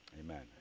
amen